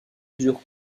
plusieurs